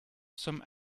some